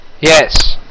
yes